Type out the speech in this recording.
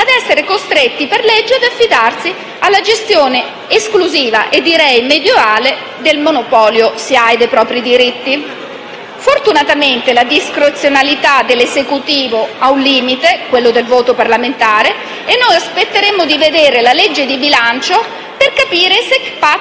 a essere costretti per legge ad affidarsi alla gestione esclusiva - e direi medioevale - dei propri diritti da parte del monopolio SIAE. Fortunatamente la discrezionalità dell'Esecutivo ha un limite, quello del voto parlamentare, e noi aspetteremo di vedere la legge di bilancio per capire se *pacta